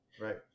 right